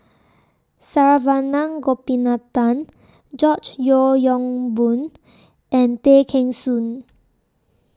Saravanan Gopinathan George Yeo Yong Boon and Tay Kheng Soon